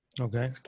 okay